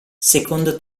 secondo